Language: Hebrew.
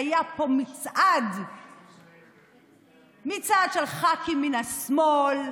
היה פה מצעד של ח"כים מן השמאל,